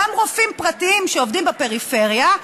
גם רופאים פרטיים שעובדים בפריפריה,